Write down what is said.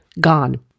gone